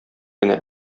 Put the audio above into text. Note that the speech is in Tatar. генә